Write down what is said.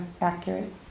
accurate